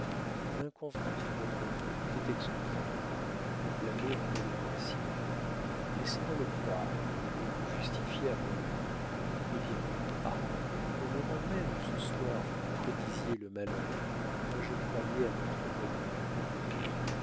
l'inconvenance de votre conduite est excusable l'amour en est le principe laissez-moi le croire et vous justifier à moi-même hé bien armand au moment même où ce soir vous me prédisiez le malheur moi je croyais à notre bonheur oui